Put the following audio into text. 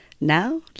Now